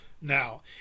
now